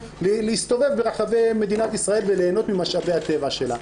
להסתובב ברחבי מדינת ישראל וליהנות ממשאבי הטבע שלה.